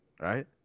right